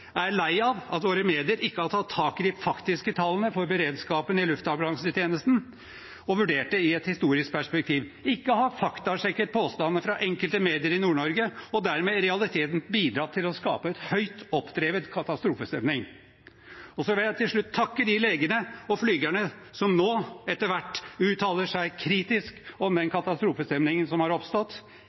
er jeg lei av at våre medier ikke har tatt tak i de faktiske tallene for beredskapen i luftambulansetjenesten og vurdert det i et historisk perspektiv, at de ikke har faktasjekket påstandene fra enkelte medier i Nord-Norge, og dermed i realiteten bidratt til å skape en høyt oppdrevet katastrofestemning. Jeg vil til slutt takke de legene og flygerne som nå etter hvert uttaler seg kritisk om den katastrofestemningen som har oppstått.